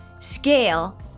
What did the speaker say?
scale